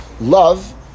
Love